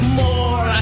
more